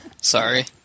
Sorry